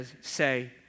say